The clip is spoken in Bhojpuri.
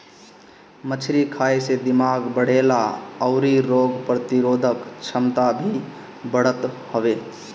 मछरी खाए से दिमाग बढ़ेला अउरी रोग प्रतिरोधक छमता भी बढ़त हवे